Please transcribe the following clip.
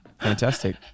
fantastic